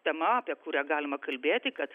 tema apie kurią galima kalbėti kad